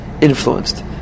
influenced